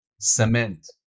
cement